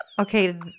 Okay